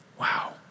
Wow